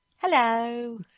Hello